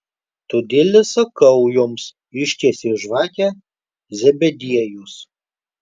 todėl ir sakau jums ištiesė žvakę zebediejus